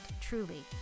Truly